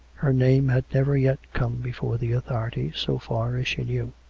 her name had never yet come before the authorities, so far as she knew.